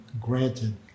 granted